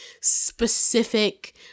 specific